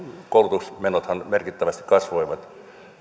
koulutusmenothan merkittävästi kasvoivat